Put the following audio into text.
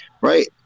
right